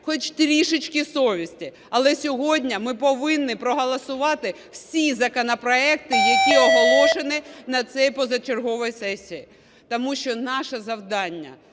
хоч трішечки совісті. Але сьогодні ми повинні проголосувати всі законопроекти, які оголошені на цій позачерговій сесії. Тому що наше завдання